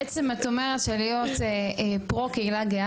בעצם את אומרת שלהיות פרו קהילה גאה